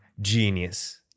genius